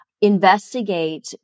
Investigate